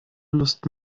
lust